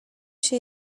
się